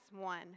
one